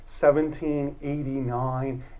1789